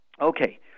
Okay